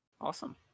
awesome